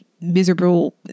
miserable